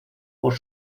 por